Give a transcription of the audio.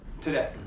Today